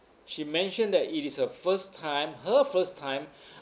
she mentioned that it is her first time her first time